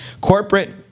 Corporate